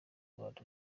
rwanda